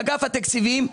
באגף התקציבים,